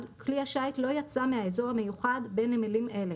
וכלי השיט לא ייצא מהאזור המיוחד בין נמלים אלה,